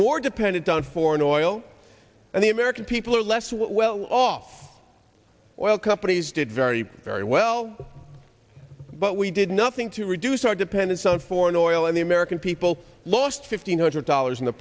more dependent on foreign oil and the american people are less well off oil companies did very very well but we did nothing to reduce our dependence on foreign oil and the american people lost fifteen hundred dollars in the